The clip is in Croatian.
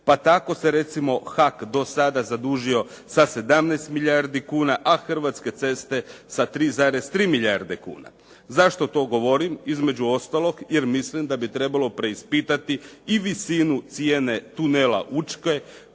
pa tako se recimo HAK do sada zadužio sa 17 milijardi kuna, a Hrvatske ceste sa 3,3 milijarde kuna. Zašto to govorim? Između ostalog jer mislim da bi trebalo preispitati i visinu cijene tunela Učke,